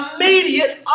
immediate